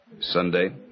Sunday